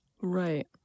Right